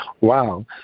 Wow